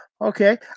Okay